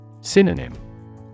Synonym